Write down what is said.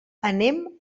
anem